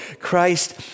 Christ